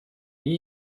nie